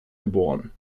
geboren